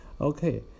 okay